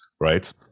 right